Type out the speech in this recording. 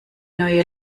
neue